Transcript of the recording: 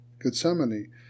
Gethsemane